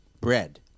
bread